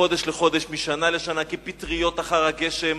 מחודש לחודש ומשנה לשנה כפטריות אחר הגשם